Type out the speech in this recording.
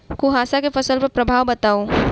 कुहासा केँ फसल पर प्रभाव बताउ?